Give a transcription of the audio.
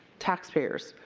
taxpayers,